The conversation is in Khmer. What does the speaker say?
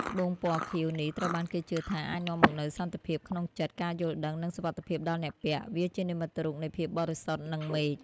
ត្បូងពណ៌ខៀវនេះត្រូវបានគេជឿថាអាចនាំមកនូវសន្តិភាពក្នុងចិត្ត ការយល់ដឹង និងសុវត្ថិភាពដល់អ្នកពាក់ វាជានិមិត្តរូបនៃភាពបរិសុទ្ធ និងមេឃ។